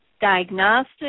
Diagnostic